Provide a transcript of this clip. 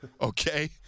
okay